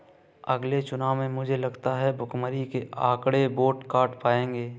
अगले चुनाव में मुझे लगता है भुखमरी के आंकड़े वोट काट पाएंगे